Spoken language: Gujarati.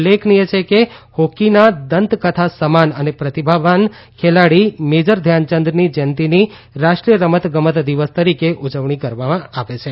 ઉલ્લેખનીય છે કે હોકીના દંતકથા સમાન અને પ્રતિભાવાન ખેલાડી મેજર ધ્યાનચંદની જયંતીની રાષ્ટ્રીય રમત ગમત દિવસ તરીકે ઉજવવામાં આવે છે